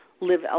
live